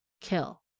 kill